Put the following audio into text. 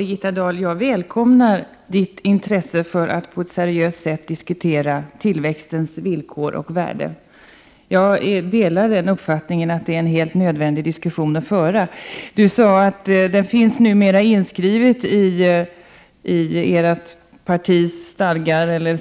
Herr talman! Jag välkomnar Birgitta Dahls intresse för att på ett seriöst sätt diskutera tillväxtens villkor och värde. Jag delar uppfattningen att det är en helt nödvändig diskussion att föra. Birgitta Dahl sade att det finns numera inskrivet i det socialdemokratiska partiets